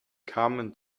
kamen